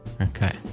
Okay